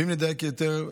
אם נדייק יותר,